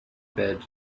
bed